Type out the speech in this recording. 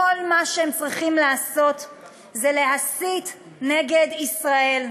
כל מה שהם צריכים לעשות זה להסית נגד ישראל.